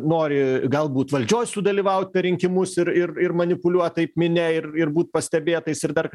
nori galbūt valdžioj sudalyvaut per rinkimus ir ir ir manipuliuot taip minia ir ir būt pastebėtais ir dar